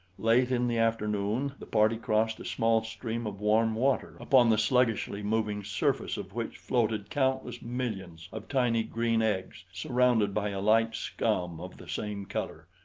late in the afternoon the party crossed a small stream of warm water upon the sluggishly moving surface of which floated countless millions of tiny green eggs surrounded by a light scum of the same color,